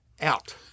out